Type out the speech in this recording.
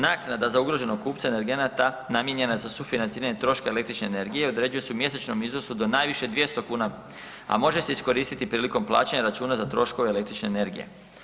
Naknada za ugroženog kupca energenata namijenjena je za sufinanciranje troška električne energije određuje se u mjesečnom iznosu do najviše 200 kuna, a može se iskoristiti prilikom plaćanja računa za troškove električne energije.